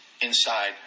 inside